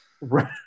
right